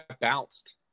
bounced